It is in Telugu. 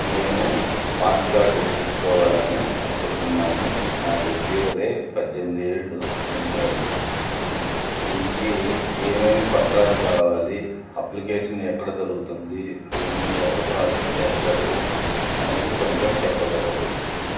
నేను పాన్ కార్డ్ తీసుకోవాలని అనుకుంటున్నాను నాకు ఇటీవలే పద్దెనిమిది ఏళ్ళు నిండాయి దీనికి ఏమేమి పత్రాలు కావాలి అప్లికేషన్ ఎక్కడ దొరుగుతుంది దీనిని ఎవరు ప్రోసెస్ చేస్తారు అనేది కొంచెం చెప్పగలరు